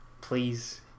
please